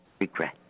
regret